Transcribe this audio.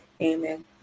Amen